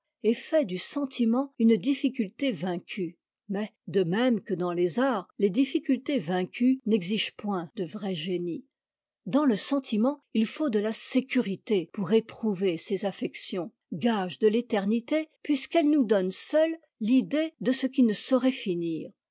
et fait du sentiment une difficulté vaincue mais de même que dans les arts les difficultés vaincues n'exigent point de vrai génie dans le sentiment il faut de la sécurité pour éprouver ces affections gage de l'éternité puisqu'elles nous donnent seules l'idée de ce qui ne saurait finir